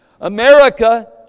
America